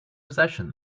possession